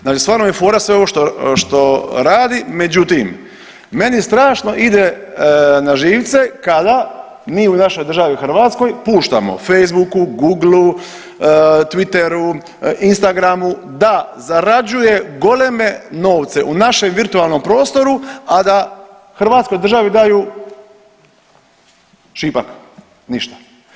Znači stvarno je fora sve ovo što radi, međutim meni strašno ide na živce kada mi u našoj državi Hrvatskoj puštamo Facebooku, Googlu, Twitteru, Instagramu da zarađuje goleme novce u našem virtualnom prostoru a da Hrvatskoj državi daju šipak, ništa.